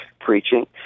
preaching